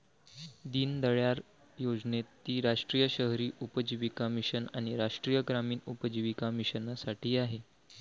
दीनदयाळ योजनेत ती राष्ट्रीय शहरी उपजीविका मिशन आणि राष्ट्रीय ग्रामीण उपजीविका मिशनसाठी आहे